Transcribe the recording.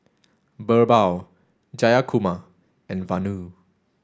Birbal Jayakumar and Vanu